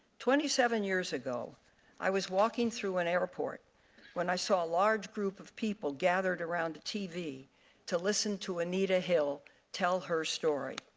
twenty seven years ago i was walking through an airport when i saw a large group of people gathered around a tv to listen to anita hill tell her story.